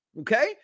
Okay